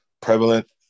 prevalent